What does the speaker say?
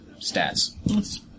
stats